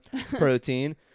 protein